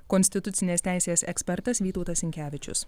konstitucinės teisės ekspertas vytautas sinkevičius